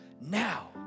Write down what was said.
Now